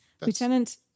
Lieutenant